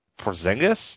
Porzingis